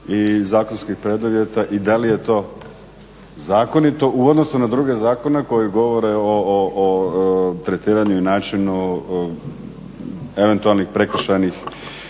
i zakonskih preduvjeta i da li je to zakonito u odnosu na druge zakone koji govore o tretiranju i načinu eventualnih prekršajnih